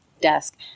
desk